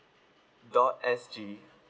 dot S_G